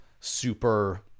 super